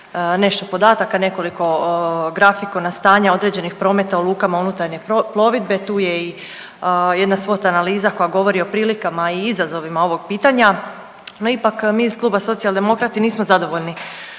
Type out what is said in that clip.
nešto podataka, nekoliko grafikona stanja određenih prometa u lukama unutarnje plovidbe. Tu je i jedna swot analiza koja govori o prilikama i izazovima ovog pitanja. No ipak mi iz kluba Socijaldemokrati nismo zadovoljni